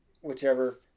whichever